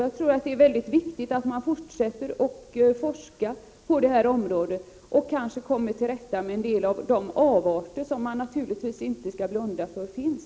Jag tror att det är mycket viktigt att fortsätta att forska på detta område och att komma till rätta med en del avarter som man naturligtvis inte skall blunda för finns.